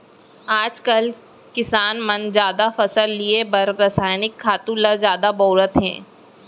आजकाल किसान मन जादा फसल लिये बर रसायनिक खातू ल जादा बउरत हें